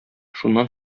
шуннан